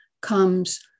comes